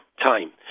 time